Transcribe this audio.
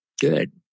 Good